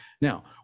Now